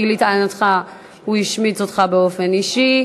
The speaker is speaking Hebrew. כי לטענתך הוא השמיץ אותך באופן אישי,